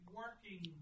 working